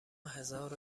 هزارو